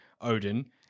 Odin